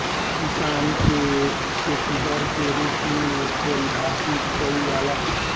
किसान के खेतिहर के रूप में परिभासित कईला जाला